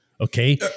Okay